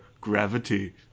gravity